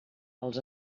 els